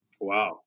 Wow